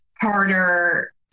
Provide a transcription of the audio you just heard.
harder